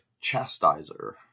chastiser